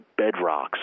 bedrocks